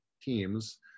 teams